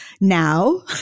now